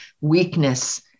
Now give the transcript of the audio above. weakness